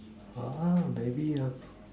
ah maybe your